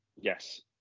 yes